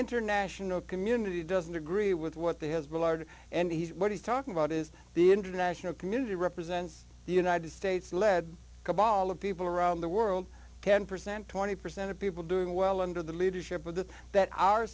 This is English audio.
international community doesn't agree with what they has billard and what he's talking about is the international community represents the united states led cabal of people around the world ten percent twenty percent of people doing well under the leadership of the that our